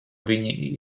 viņi